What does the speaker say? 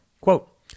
Quote